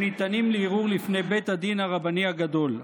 ניתנים לערעור לפני בית הדין הרבני הגדול.